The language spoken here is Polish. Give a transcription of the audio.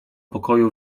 pokoju